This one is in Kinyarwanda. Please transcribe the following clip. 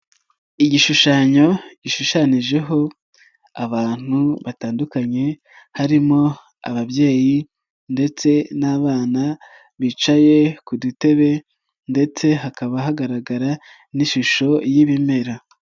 Igishushanyo gishushanyijeho abantu batandukanye harimo ababyeyi ndetse n'abana bicaye ku dutebe ndetse hakaba hagaragara n'ishusho y'ibimera.